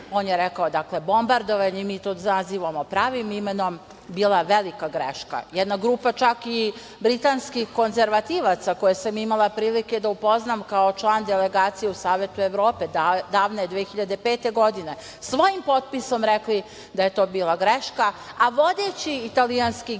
on je rekao bombardovanje, mi to nazivamo pravim imenom, bila velika greška. Jedna velika grupa čak i britanskih konzervativaca, koje sam imala prilike da upoznam kao član delegacije u Savetu Evrope, davne 2005. godine, svojim potpisom rekli da je to bila greška, a vodeći italijanski